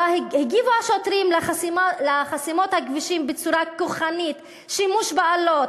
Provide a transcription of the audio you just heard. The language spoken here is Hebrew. ובה הגיבו השוטרים לחסימות הכבישים בצורה כוחנית: שימוש באלות,